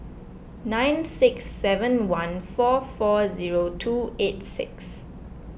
nine six seven one four four zero two eight six